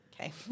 Okay